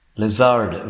lizard